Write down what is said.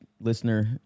listener